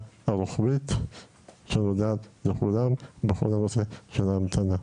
הרוחבית שנוגעת לכולם בכל הנושא של ההמתנה.